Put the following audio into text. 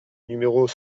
numéros